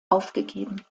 aufgegeben